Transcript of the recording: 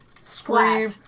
Scream